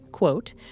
quote